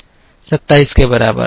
27 के बराबर है